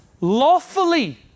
lawfully